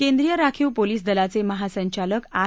केंद्रीय राखीव पोलीस दलाचे महासंचालक आर